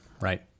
right